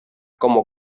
como